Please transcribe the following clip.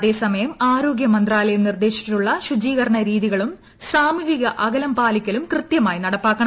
അതേസമയം ആരോഗ്യ മന്ത്രാലയം നിർദ്ദേശിച്ചിട്ടുള്ള ശുചീകരണ രീതികളും സാമൂഹിക അകലം പാലിക്കലും കൃത്യമായി നടപ്പാക്കണം